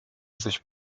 sich